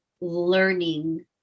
learning